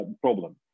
problem